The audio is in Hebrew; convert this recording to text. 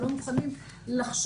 הם לא מוכנים לחשוב,